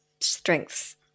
strengths